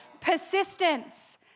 Persistence